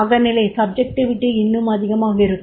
அகநிலை இன்னும் அதிகமாக இருக்கும்